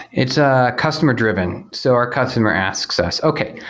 it's ah customer-driven. so our customer asks us, okay.